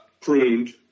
pruned